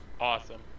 awesome